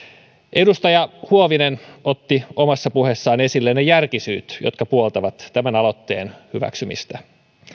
edustaja huovinen otti omassa puheessaan esille ne järkisyyt jotka puoltavat tämän aloitteen hyväksymistä